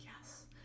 Yes